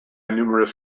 numerous